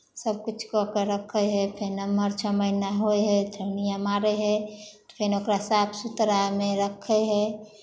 सभकिछु कऽ कऽ रखै हइ फेर एम्हर छओ महीना होइ हइ ठेहुनिआँ मारै हइ फेर ओकरा साफ सुथरामे रखै हइ